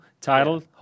title